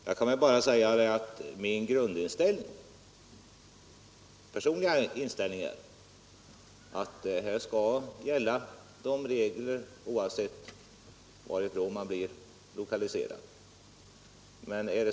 Jag kan bara säga att min personliga inställning är den att här skall samma regler gälla, oavsett varifrån man blir utlokaliserad.